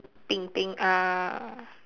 pink pink ah